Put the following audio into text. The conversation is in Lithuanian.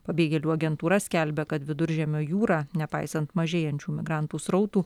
pabėgėlių agentūra skelbia kad viduržemio jūra nepaisant mažėjančių migrantų srautų